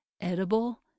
edible